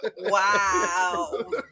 Wow